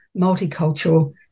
multicultural